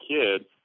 kid